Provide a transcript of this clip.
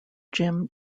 jim